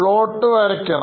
plot വരക്കണം